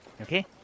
Okay